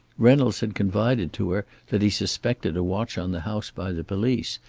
reynolds had confided to her that he suspected a watch on the house by the police,